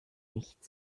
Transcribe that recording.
nicht